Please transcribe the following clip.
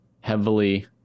heavily